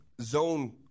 zone